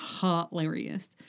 hilarious